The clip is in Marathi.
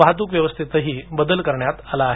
वाहतूक व्यवस्थेतही बदल करण्यात आला आहे